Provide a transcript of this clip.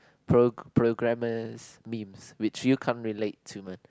prog~ programmers memes which you can't relate to man